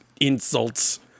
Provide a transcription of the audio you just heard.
insults